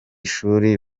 ishuri